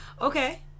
Okay